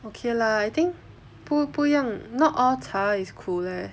okay lah I think 不不一样 not all 茶 is 苦 leh